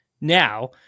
now